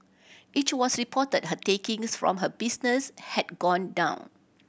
it was reported her takings from her businesses had gone down